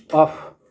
off